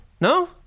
No